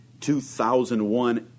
2001